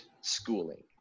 schooling